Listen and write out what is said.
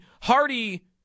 Hardy